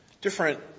different